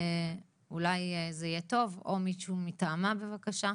אולי זה יהיה טוב, או מישהו מטעמה בבקשה.